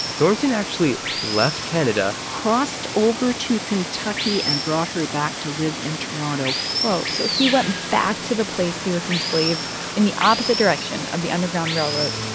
thornton actually left canada. crossed over to kentucky and brought her back to live in toronto whoa. so he went back to the place he was enslaved in the opposite direction of the underground railroad,